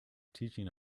teaching